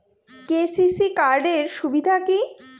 KCC card এর সুবিধা কি?